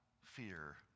fear